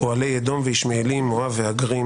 אוהלי אדום, וישמעאלים, מואב והגרים.